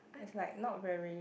is like not very